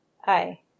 Hi